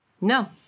No